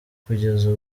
kugeza